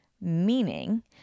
meaning